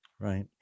Right